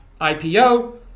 IPO